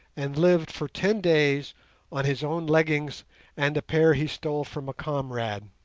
and lived for ten days on his own leggings and a pair he stole from a comrade.